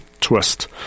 twist